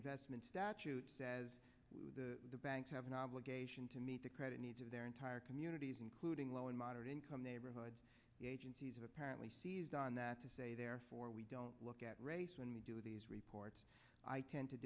reinvestment statute says the banks have an obligation to meet the credit needs of their entire communities including low and moderate income neighborhoods the agencies apparently seized on that to say therefore we don't look at race when we do these reports i tend to